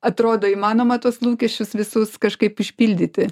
atrodo įmanoma tuos lūkesčius visus kažkaip išpildyti